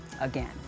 again